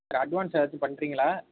advance எதாச்சும் பண்ணுறிங்களா